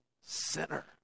sinner